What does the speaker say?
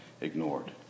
ignored